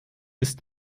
isst